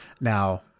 Now